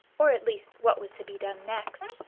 or at least what was to be done next,